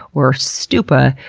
or stupa,